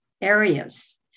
areas